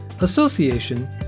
association